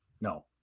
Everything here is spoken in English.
No